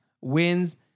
wins